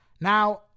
now